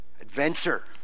Adventure